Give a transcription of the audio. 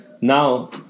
now